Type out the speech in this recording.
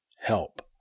help